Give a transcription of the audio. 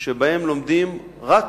שבהם לומדים רק